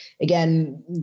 again